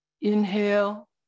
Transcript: Inhale